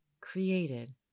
created